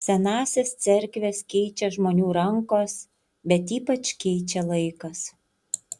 senąsias cerkves keičia žmonių rankos bet ypač keičia laikas